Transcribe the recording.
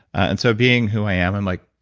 and so being who i am, i'm like,